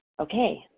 Okay